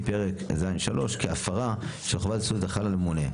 פרק ז'3 כהפרה של חובת סודיות החלה על הממונה,